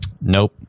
Nope